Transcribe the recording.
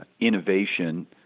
innovation